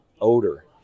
odor